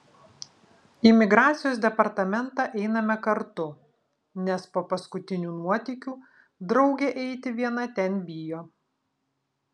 į migracijos departamentą einame kartu nes po paskutinių nuotykių draugė eiti viena ten bijo